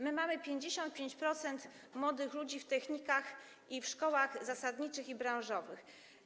Mamy 55% młodych ludzi w technikach i w szkołach zasadniczych i branżowych.